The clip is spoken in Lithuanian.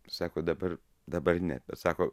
sako dabar dabar ne bet sako